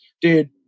dude